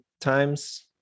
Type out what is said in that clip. Times